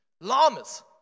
llamas